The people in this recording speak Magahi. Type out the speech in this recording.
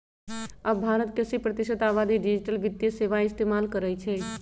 अब भारत के अस्सी प्रतिशत आबादी डिजिटल वित्तीय सेवाएं इस्तेमाल करई छई